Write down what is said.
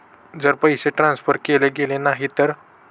जर पैसे ट्रान्सफर केले गेले नाही तर?